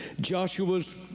Joshua's